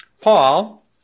Paul